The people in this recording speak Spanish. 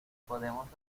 podremos